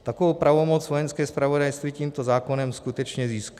Takovou pravomoc Vojenské zpravodajství tímto zákonem skutečně získá.